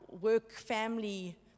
work-family